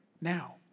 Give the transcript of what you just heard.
now